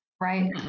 right